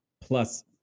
plus